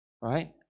Right